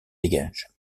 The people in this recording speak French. dégage